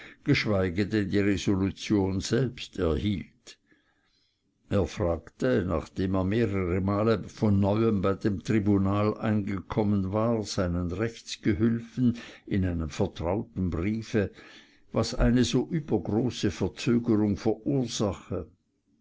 geschweige denn die resolution selbst erhielt er fragte nachdem er mehrere male von neuem bei dem tribunal eingekommen war seinen rechtsgehülfen in einem vertrauten briefe was eine so übergroße verzögerung verursache